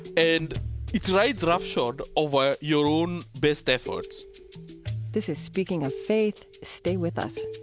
and it rides roughshod over your own best efforts this is speaking of faith. stay with us